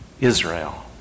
Israel